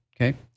Okay